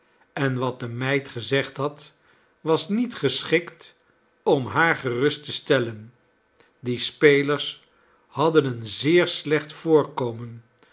en wat de meid gezegd had was niet geschikt om haar gerust te stellen die spelers hadden een zeer slecht voorkomen